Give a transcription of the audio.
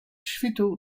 świtu